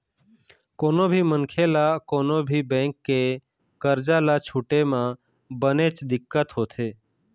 कोनो भी मनखे ल कोनो भी बेंक के करजा ल छूटे म बनेच दिक्कत होथे